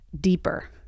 deeper